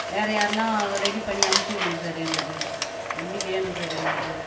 வேறு யாருனால் ரெடி பண்ணி அம்ச்சுவுடுங்க சார் எங்களுக்கு வண்டி வேணும் சார் எங்களுக்கு